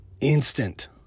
Instant